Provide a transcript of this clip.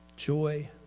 joy